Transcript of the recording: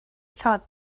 thought